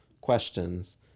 questions